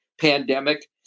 pandemic